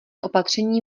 opatření